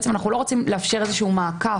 בעצם אנחנו לא רוצים לאפשר איזה שהוא מעקף